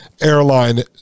airline